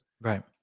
Right